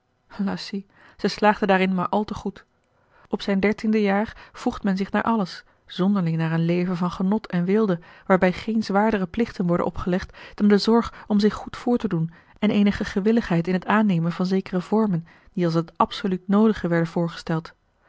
lacy zij slaagde daarin maar al te goed op zijn dertiende jaar voegt men zich naar alles zonderling naar een leven van genot en weelde waarbij geen zwaardere plichten worden opgelegd dan de zorg om zich goed voor te doen en eenige gewilligheid in het aannemen van zekere vormen die als het absoluut noodige werden voorgesteld